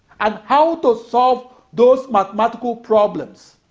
and how to solve those mathematical problems